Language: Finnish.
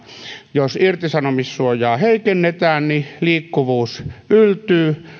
jos irtisanomissuojaa heikennetään niin liikkuvuus yltyy